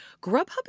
Grubhub